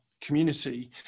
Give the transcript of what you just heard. community